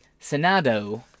Senado